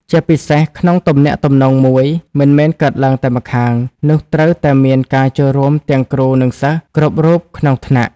ជាពិសេស ក្នុងទំនាក់ទំនងមួយ មិនមែនកើតឡើងតែម្ខាងនោះត្រូវតែមានការចូលរួមទាំងគ្រូនិងសិស្សគ្រប់រូបក្នុងថ្នាក់។